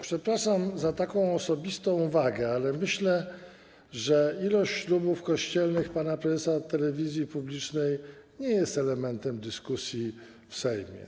Przepraszam za taką osobistą uwagę, ale myślę, że ilość ślubów kościelnych pana prezesa telewizji publicznej nie jest elementem dyskusji w Sejmie.